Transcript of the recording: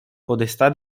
podestà